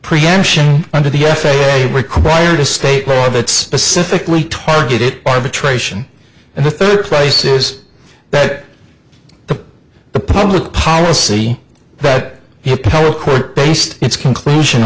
preemption under the f a a required a state law that specifically targeted arbitration and the third place is that the public policy that he would tell a court based its conclusion